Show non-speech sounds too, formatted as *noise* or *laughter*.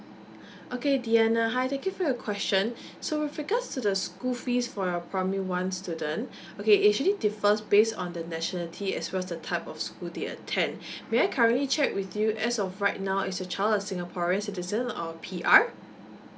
*breath* okay diana hi thank you for your question *breath* so with regards to the school fees for our primary one student *breath* okay actually differs based on the nationality as well as the type of school they attend *breath* may I currently check with you as of right now is your child a singaporean citizen or P_R